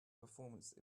performance